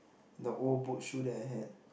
the old boat shoe that I had